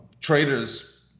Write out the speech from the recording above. traders